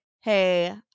hey